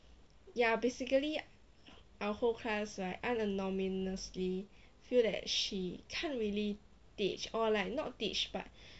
ya basically our whole class like an anomalously feel that she can't really teach or like not teach but